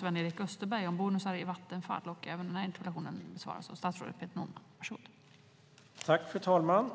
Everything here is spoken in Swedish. Fru talman!